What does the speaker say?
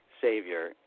Savior